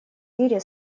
мире